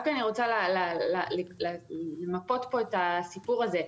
אני רוצה למפות כאן את הסיפור הזה.